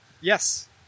Yes